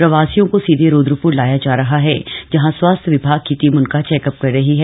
प्रवासियों को सीधे रुद्रपुर लाया जा रहा है जहां स्वास्थ्य विभाग की टीम उनका चेकअप कर रही है